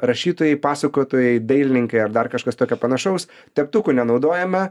rašytojai pasakotojai dailininkai ar dar kažkas tokio panašaus teptukų nenaudojame